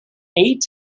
eight